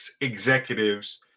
executives